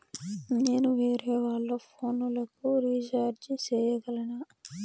నేను వేరేవాళ్ల ఫోను లకు రీచార్జి సేయగలనా?